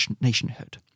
nationhood